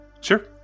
Sure